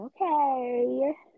okay